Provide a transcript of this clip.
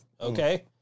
okay